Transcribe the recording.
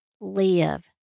live